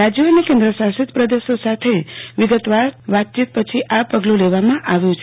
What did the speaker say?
રાજયો અને કેન્દશાસિત પદેશો સાથે વિગતવાર વાતચિત પછી આ પગલું લવામાં આવ્યું છે